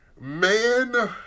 Man